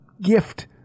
gift